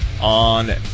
on